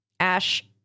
Ash